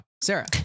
Sarah